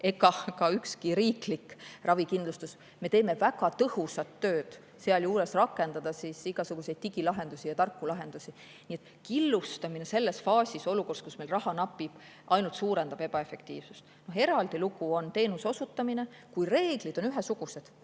ega ka ükski riiklik ravikindlustus. Me teeme väga tõhusat tööd, sealjuures rakendades igasuguseid digilahendusi ja tarku lahendusi. Killustamine selles faasis olukorras, kus meil raha napib, ainult suurendab ebaefektiivsust. Eraldi lugu on teenuse osutamine. Kui reeglid on ühesugused,